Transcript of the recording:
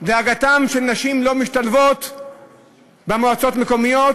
דאגתם שנשים לא משתלבות במועצות מקומיות?